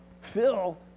Phil